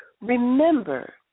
Remember